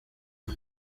uwe